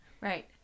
Right